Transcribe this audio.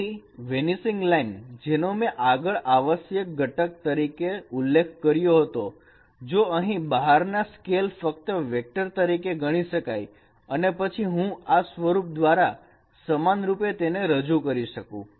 તેથી vanishing line જેનો મેં આગળ આવશ્યક ઘટક તરીકે ઉલ્લેખ કર્યો હતો જો અહીં બહાર ના સ્કેલ ફક્ત વેક્ટર તરીકે ગણી શકાય અને પછી હું આ સ્વરૂપ દ્વારા સમાન રૂપે તેને રજૂ કરી શકું